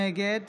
נגד